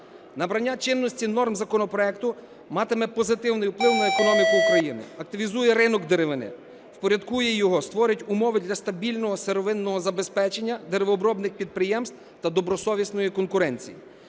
Набрання чинності нормами законопроекту матиме позитивний вплив на економіку України, активізує ринок деревини, впорядкує його, створить умови для стабільного сировинного забезпечення деревообробних підприємств та добросовісної конкуренції,